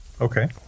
Okay